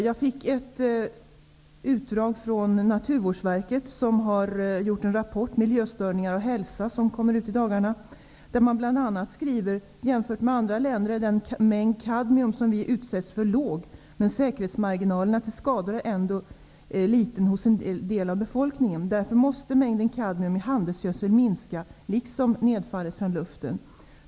Jag fick ett utdrag ur den rapport som Naturvårdsverket har gjort, Miljöstörningar och hälsa, som kommer ut i dag. Där skriver man bl.a.: Jämfört med andra länder är den mängd kadmium som vi utsätts för låg, men säkerhetsmarginalerna till skador är ändå liten hos en del av befolkningen. Därför måste mängden kadmium i handelsgödsel minska, liksom nedfallet från luften.